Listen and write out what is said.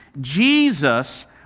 Jesus